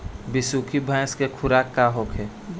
बिसुखी भैंस के खुराक का होखे?